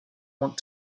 want